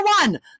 one